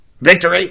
victory